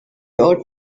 old